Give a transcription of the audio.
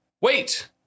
Wait